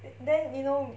then you know